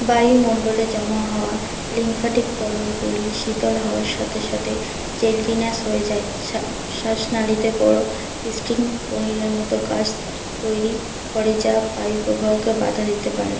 বায়ুমণ্ডলে জমা হওয়া লিম্ফ্যাটিক তরলগুলি শীতল হওয়ার সাথে সাথে জেলটিনাস হয়ে যায় শ্বাসনালীতে বড়ো স্ট্রিং পনিরের মতো কাস্ট তৈরি করে যা বায়ুপ্রবাহকে বাঁধা দিতে পারে